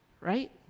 Right